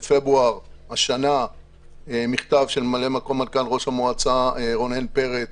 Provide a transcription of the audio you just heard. בפברואר השנה יצא מכתב של ממלא מקום מנכ"ל ראש המועצה רונן פרץ